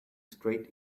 straight